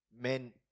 men